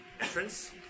entrance